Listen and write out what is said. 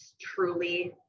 truly